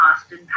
Austin